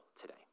today